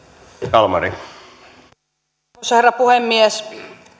arvoisa herra puhemies